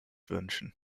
wünschen